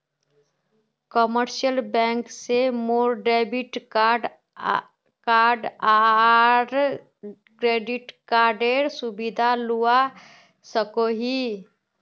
commercial bank से मोर debit card आर क्रेडिट कार्डेर सुविधा लुआ सकोही